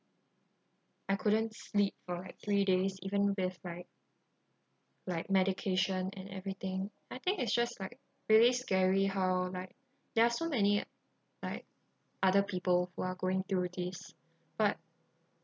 I couldn't sleep for like three days even with like like medication and everything I think it's just like really scary how like there are so many like other people who are going through this but